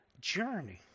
journey